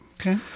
Okay